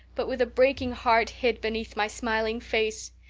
but with a breaking heart hid beneath my smiling face.